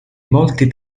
molti